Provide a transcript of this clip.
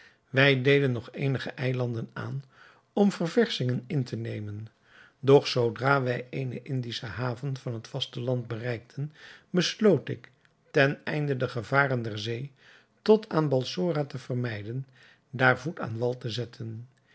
wij deden nog eenige eilanden aan om ververschingen in te nemen doch zoodra wij eene indische haven van het vasteland bereikten besloot ik ten einde de gevaren der zee tot aan balsora te vermijden daar voet aan wal te zetten